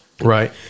right